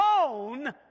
alone